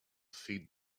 feed